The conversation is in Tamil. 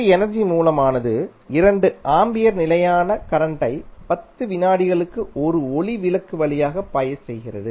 ஒரு எனர்ஜி மூலமானது 2 ஆம்பியர் நிலையான கரண்ட்டை 10 விநாடிகளுக்கு ஒரு ஒளி விளக்கு வழியாகப் பாயச் செய்கிறது